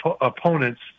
opponents